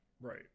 Right